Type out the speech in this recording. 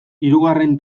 hirugarren